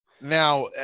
now